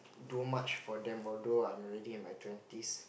do much for them although I'm already in my twenties